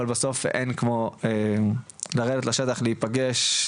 אבל בסוף אין כמו לרדת לשטח ולהיפגש,